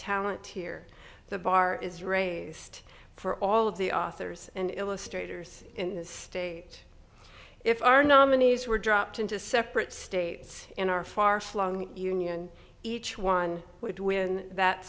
talent here the bar is raised for all of the authors and illustrators in this state if our nominees were dropped into separate states in our far flung union each one would win that